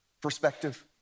perspective